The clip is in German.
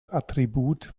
attribut